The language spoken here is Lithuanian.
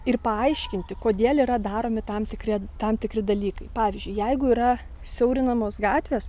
ir paaiškinti kodėl yra daromi tam tikri tam tikri dalykai pavyzdžiui jeigu yra siaurinamos gatvės